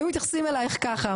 היו מתייחסים אליך ככה,